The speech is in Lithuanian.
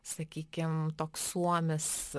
sakykim toks suomis